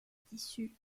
tissu